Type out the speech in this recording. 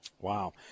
Wow